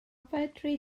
fedri